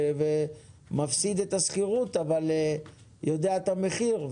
מפסיד את השכירות אבל יודע את המחיר.